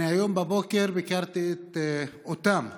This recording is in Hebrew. היום בבוקר ביקרתי אותם בהפגנה,